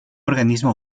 organismo